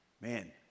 Man